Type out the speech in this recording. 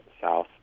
south